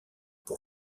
pour